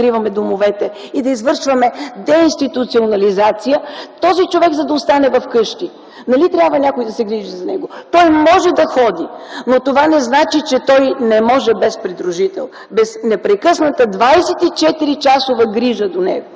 без непрекъсната 24-часова грижа до него.